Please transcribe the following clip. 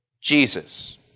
Jesus